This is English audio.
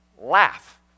laugh